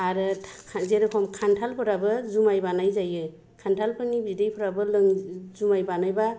आरो जेरखम खानथालफोराबो जुमाइ बानायजायो खानथालफोरनि बिदैफ्राबो जुमाइ बानायबा